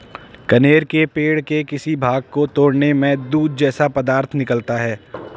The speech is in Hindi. कनेर के पेड़ के किसी भाग को तोड़ने में दूध जैसा पदार्थ निकलता है